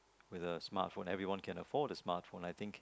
with a smartphone everyone can afford a smartphone I think